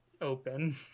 open